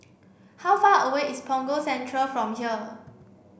how far away is Punggol Central from here